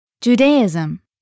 Judaism